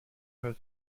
post